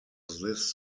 this